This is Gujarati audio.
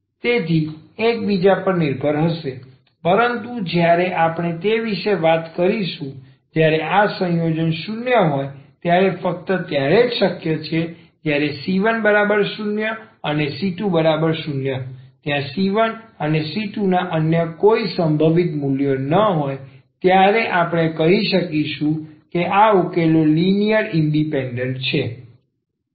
તેથી એકબીજા પર નિર્ભર હશે પરંતુ જ્યારે આપણે તે વિશે વાત કરીશું જ્યારે આ સંયોજન 0 હોય ત્યારે ફક્ત ત્યારે જ શક્ય છે જ્યારે c10 અને c20 ત્યાં c1 અને c2 ના અન્ય કોઈ સંભવિત મૂલ્યો ન હોય ત્યારે આપણે કહીશું કે આ ઉકેલો લિનિયર ઇન્ડિપેન્ડન્ટ છે